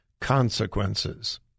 consequences